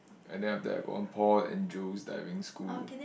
and then after that got one paul and Joe's Diving School